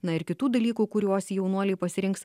na ir kitų dalykų kuriuos jaunuoliai pasirinks